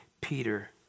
Peter